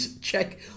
check